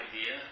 idea